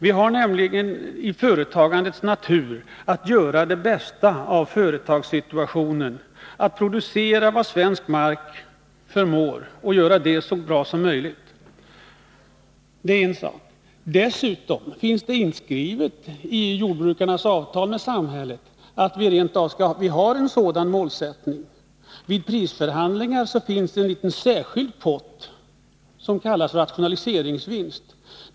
I företagandets natur ligger nämligen att man skall göra det bästa av företagssituationen, dvs. i det här fallet att man skall producera vad svensk mark förmår och göra det så bra som möjligt. Dessutom finns det i jordbrukarnas avtal med samhället inskrivet att vi har en sådan målsättning. Vid prisförhandlingarna har man en liten särskild pott, som kallas rationaliseringsvinst.